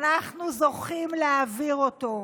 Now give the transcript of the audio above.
אנחנו זוכים להעביר אותו.